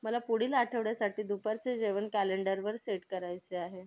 मला पुढील आठवड्यासाठी दुपारचे जेवण कॅलेंडरवर सेट करायचे आहे